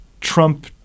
Trump